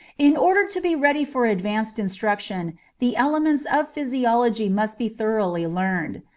in order to be ready for advanced instruction the elements of physiology must be thoroughly learned.